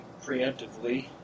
preemptively